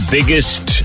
biggest